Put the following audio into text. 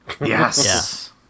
Yes